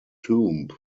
tomb